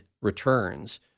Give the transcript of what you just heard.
returns